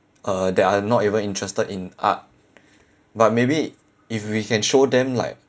uh that are not even interested in art but maybe if we can show them like